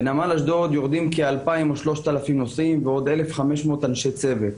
בנמל אשדוד יורדים כ-2,000 או 3,000 נוסעים ועוד 1,500 אנשי צוות.